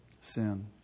Sin